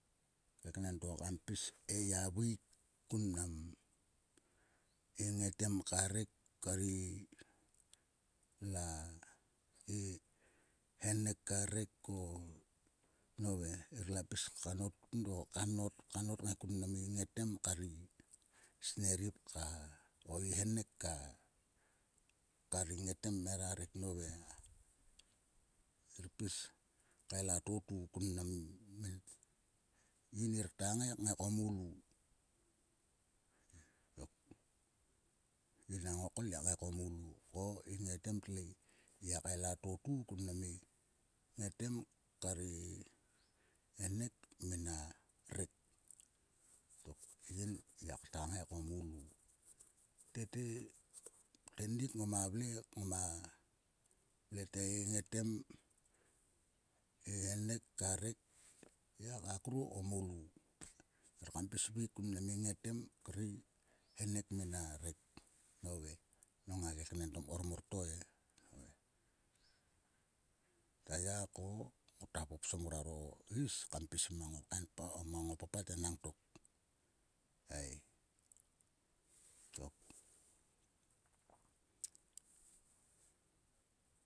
A keknen to kam pis he gia veik kun mnam i ngetem ka rek. i la i henek ka rek o nove ngir lo pis karot kun o kanot. kanot ngai kun mnam i ngetem kar i snerip ka o i henek kar i ngetem mera rek nove. Ngir pis kael a totu kun mnam min. Yin ngir ktua ngai. ngai ko moulu tok. Yin a ngokol ngiak ngai ko moulu ko i ngetem tlei. Ngiak kael a totu kun kim i ngetem kar i henek mina rek tok. Yin ngiak ktua ngai ko moulu. Tete. tennik ngoma vle. ngoma vle te i ngetem. i henek ka rek. Ngiaka kru ko moulu. Ngia or kam pis veik kun kim i ngetem kri ngetem kri henek mina rek. Nove. nong a keknen to mkor mor to e. Ta ya ko ngota popsom ngoaro is kam pis mang o kaen o papat enang tok ei tok.